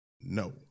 No